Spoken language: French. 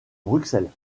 bruxelles